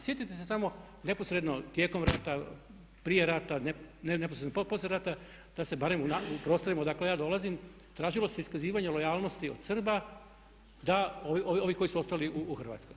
Sjetite se samo neposredno tijekom rata, prije rata, neposredno poslije rata da se barem u prostorima odakle ja dolazim tražilo se iskazivanje lojalnosti od Srba ovih koji su ostali u Hrvatskoj.